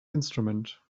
instrument